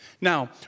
Now